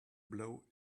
blow